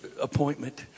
appointment